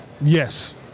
Yes